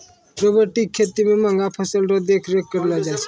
robotic खेती मे महंगा फसल रो देख रेख करलो जाय छै